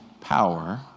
power